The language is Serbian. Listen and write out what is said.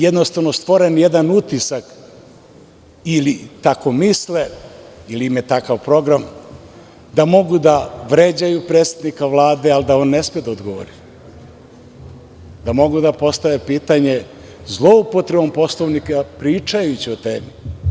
Jednostavno, stvoren je jedan utisak, ili tako misle ili imaju takav program, da mogu da vređaju predsednika Vlada, a da on ne sme da odgovori, da mogu da postave pitanje zloupotrebom Poslovnika, pričajući o temi.